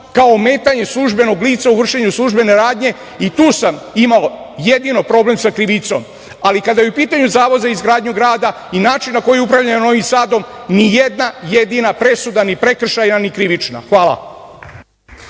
kao ometanje službenog lica u vršenju službene radnje i tu sam imao jedino problem sa krivicom, ali kada je u pitanju Zavod za izgradnju grada i način na koji upravljaju Novim Sadom nijedna jedina presuda ni prekršaja ni krivična. Hvala.